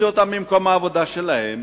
הוציאו אותם ממקום העבודה שלהם,